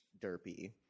derpy